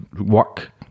work